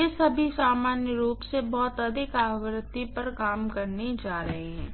वे सभी सामान्य रूप से बहुत अधिक आवृत्ति पर काम करने जा रहे हैं